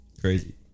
crazy